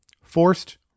Forced